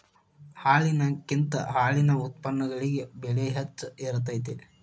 ಹಾಲಿನಕಿಂತ ಹಾಲಿನ ಉತ್ಪನ್ನಗಳಿಗೆ ಬೆಲೆ ಹೆಚ್ಚ ಇರತೆತಿ